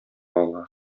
ала